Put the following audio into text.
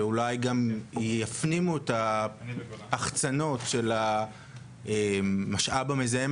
שאולי גם יפנימו את ההחצנות של המשאב המזהם